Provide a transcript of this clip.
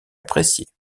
apprécié